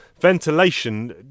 ventilation